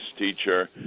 teacher